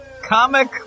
Comic